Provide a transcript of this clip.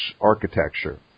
architecture